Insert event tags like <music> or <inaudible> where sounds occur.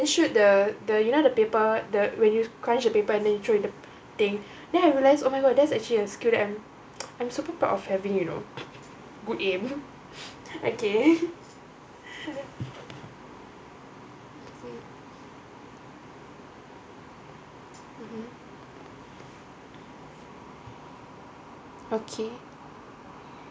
I shoot the the you know the paper the when you crunch the paper and you throw it the thing then I realise oh my god that's actually a skill that I'm <noise> I'm super proud of having you know good aim okay mmhmm okay